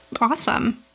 Awesome